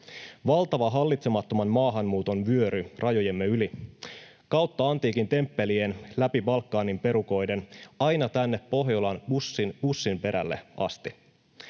Valtava hallitsemattoman maahanmuuton vyöry rajojemme yli kautta antiikin temppelien, läpi Balkanin perukoiden aina tänne Pohjolan pussinperälle asti.